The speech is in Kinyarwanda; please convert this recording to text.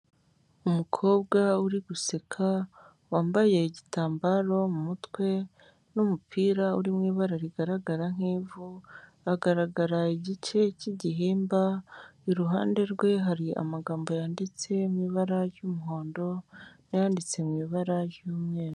Umukobwa uri guseka, wambaye igitambaro mu mutwe, n'umupira uri mu ibara rigaragara nk'ivu, agaragara igice cy'igihimba, iruhande rwe hari amagambo yanditse mu ibara ry'umuhondo, n'ayanditse mu ibara ry'umweru.